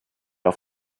auf